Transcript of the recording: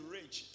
rich